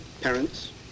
parents